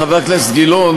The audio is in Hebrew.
חבר הכנסת גילאון,